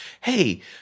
hey